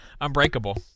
Unbreakable